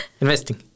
Investing